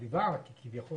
חביב אם היא הייתה פה.